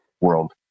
world